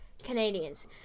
Canadians